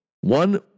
One